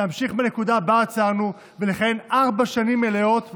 להמשיך בנקודה שבה עצרנו ולכהן ארבע שנים מלאות,